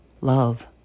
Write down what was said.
Love